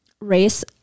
race